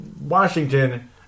Washington